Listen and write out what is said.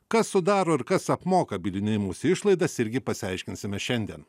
kas sudaro ir kas apmoka bylinėjimosi išlaidas irgi pasiaiškinsime šiandien